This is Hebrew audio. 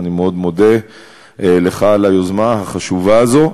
אני מאוד מודה לך על היוזמה החשובה הזאת.